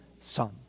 Son